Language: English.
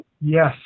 Yes